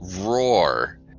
roar